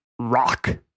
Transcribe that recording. rock